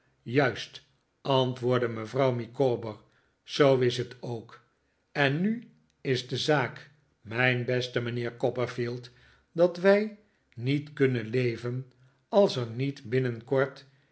juist antwoordde mevrouw micawber zoo is het ook en nu is de zaak mijn beste mijnheer copperfield dat wij niet kunnen leven als er niet binnenkort